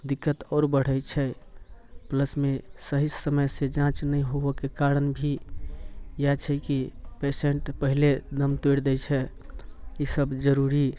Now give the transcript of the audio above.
दिक्कत आओर बढ़ै छै प्लसमे सही समयसँ जाँच नहि होवऽके कारण भी इएह छै कि पेशेंट पहिले दम तोड़ि दै छै ई सब जरुरी